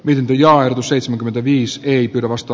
wildin alku seitsemänkymmentäviisi teippirullasta